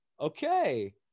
Okay